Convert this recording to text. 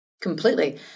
Completely